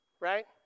right